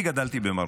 אני גדלתי במרוקו.